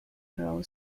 girl